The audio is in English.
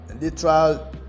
literal